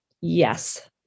Yes